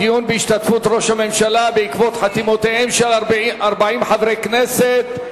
דיון בהשתתפות ראש הממשלה בעקבות חתימותיהם של 40 חברי כנסת.